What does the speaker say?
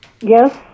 Yes